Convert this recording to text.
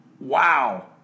wow